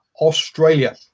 Australia